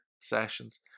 sessions